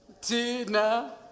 Tina